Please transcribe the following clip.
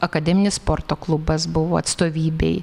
akademinis sporto klubas buvo atstovybėj